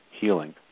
healing